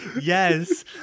yes